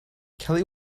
kelly